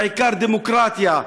בעיקר דמוקרטיה,